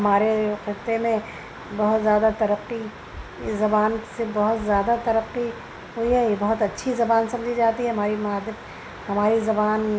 ہمارے خطے میں بہت زیادہ ترقی اس زبان سے بہت زیادہ ترقی ہوئی ہے یہ بہت اچّھی زبان سمجھی جاتی ہے ہماری مادری ہماری زبان